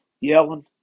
yelling